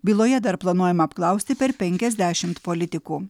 byloje dar planuojama apklausti per penkiasdešimt politikų